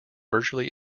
virtually